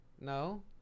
no